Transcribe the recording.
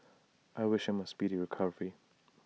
I wish him A speedy recovery